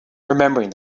remembering